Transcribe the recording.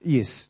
Yes